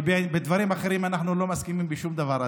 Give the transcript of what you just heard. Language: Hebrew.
כי בדברים אחרים אנחנו לא מסכימים בשום דבר,